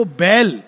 bell